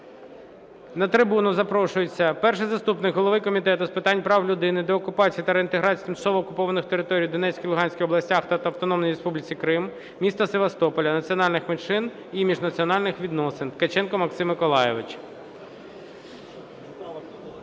На трибуну запрошується перший заступник голови Комітету з питань прав людини, деокупації та реінтеграції тимчасово окупованих територій у Донецькій і Луганській областях та Автономній Республіці Крим, міста Севастополя, національних менших і міжнаціональних відносин Ткаченко Максим Миколайович. Правок